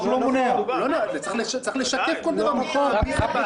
אז מה זה